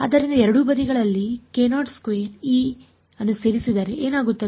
ಆದ್ದರಿಂದ ನಾನು ಎರಡೂ ಬದಿಗಳಲ್ಲಿ ಅನ್ನು ಸೇರಿಸಿದರೆ ಏನಾಗುತ್ತದೆ